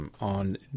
on